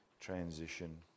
transition